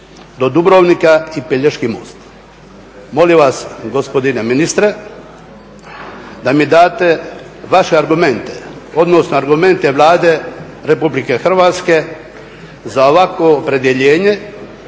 do Dubrovnika i Pelješki most, molim vas gospodine ministre da mi date vaše argumente odnosno argumente Vlade Republike Hrvatske za ovako opredjeljenje,